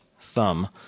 thumb